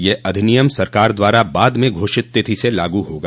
यह अधिनियम सरकार द्वारा बाद में घोषित तिथि से लागू होगा